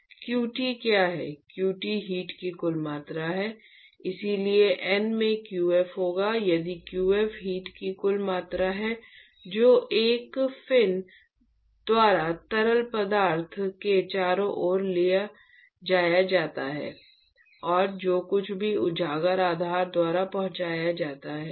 qt क्या है qt heat की कुल मात्रा है इसलिए N में qf होगा यदि qf हीट की कुल मात्रा है जो एक फिन द्वारा तरल पदार्थ के चारों ओर ले जाया जाता है और जो कुछ भी उजागर आधार द्वारा पहुंचाया जाता है